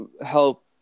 help